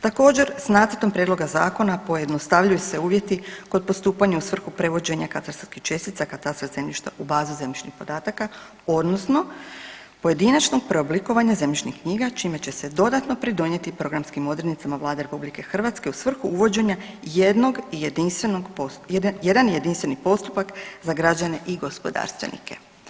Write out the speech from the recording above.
Također, s nacrtom prijedloga zakona pojednostavljuju se uvjeti kod postupanja u svrhu prevođenja katastarskih čestica katastar zemljišta u bazu zemljišnih podataka odnosno pojedinačnog preoblikovanja zemljišnih knjiga, čime će se dodatno pridonijeti programskim odrednicama Vlade RH u svrhu uvođenje jednog jedinstvenog, jedan jedan jedinstveni postupak za građane i gospodarstvenike.